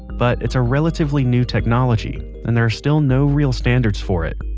but it's a relatively new technology and there are still no real standards for it.